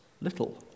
little